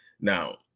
Now